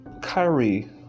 Kyrie